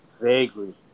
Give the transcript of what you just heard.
vaguely